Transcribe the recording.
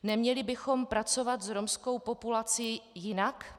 Neměli bychom pracovat s romskou populací jinak?